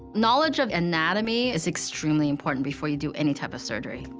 knowledge of anatomy is extremely important before you do any type of surgery.